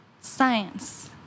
science